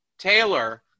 Taylor